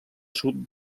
sud